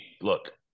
Look